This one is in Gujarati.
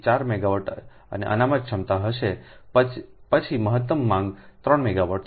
તેથી 4 મેગાવાટ અને અનામત ક્ષમતા હશે પછી મહત્તમ માંગ 3 મેગાવાટ છે